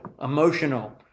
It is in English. emotional